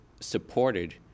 supported